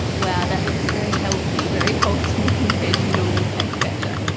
wow that looks very healthy very wholesome compared to normal cake batter.